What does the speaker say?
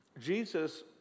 Jesus